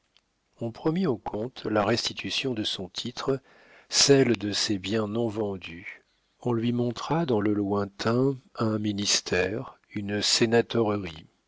on promit au comte la restitution de son titre celle de ses biens non vendus on lui montra dans le lointain un ministère une sénatorerie